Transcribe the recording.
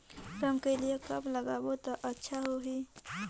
रमकेलिया कब लगाबो ता अच्छा होही?